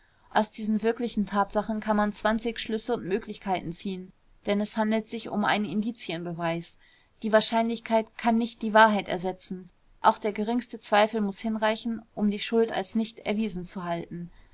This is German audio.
aus diesen wirklichen tatsachen kann man zwanzig schlüsse und möglichkeiten ziehen denn es handelt sich um einen indizienbeweis die wahrscheinlichkeit kann nicht die wahrheit ersetzen auch der geringste zweifel muß hinreichen um die schuld als nicht erwiesen zu halten